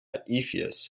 ephesus